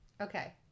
Okay